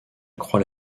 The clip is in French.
croix